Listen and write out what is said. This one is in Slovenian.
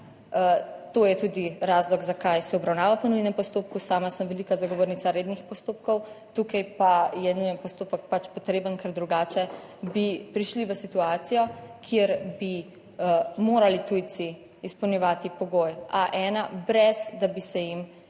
To je tudi razlog zakaj se obravnava po nujnem postopku. Sama sem velika zagovornica rednih postopkov, tukaj pa je nujen postopek pač potreben, ker drugače bi prišli v situacijo, kjer bi morali tujci izpolnjevati pogoje A1 brez, da bi bili